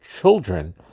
children